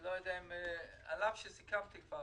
על אף שסיכמתי את זה כבר